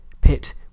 Pitt